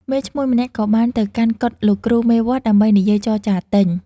មេឈ្មួញម្នាក់ក៏បានទៅកាន់កុដិលោកគ្រូមេវត្តដើម្បីនិយាយចរចារទិញ។